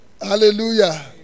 Hallelujah